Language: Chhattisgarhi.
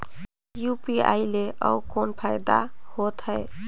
यू.पी.आई ले अउ कौन फायदा होथ है?